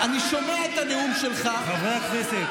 חברי הכנסת.